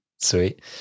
Sweet